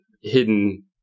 hidden